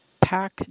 Pack